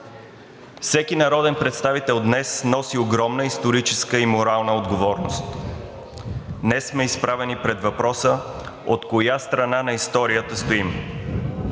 Всеки народен представител днес носи огромна историческа и морална отговорност. Днес сме изправени пред въпроса от коя страна на историята стоим